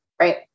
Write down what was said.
Right